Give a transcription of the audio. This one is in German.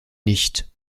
nicht